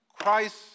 Christ